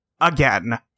Again